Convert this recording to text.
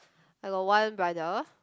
I got one brother